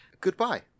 Goodbye